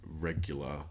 regular